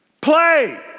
Play